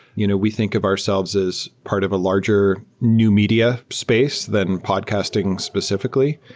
you know we think of ourselves as part of a larger new media space than podcasting specifi cally.